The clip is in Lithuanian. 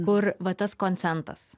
kur va tas konsentas